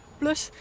plus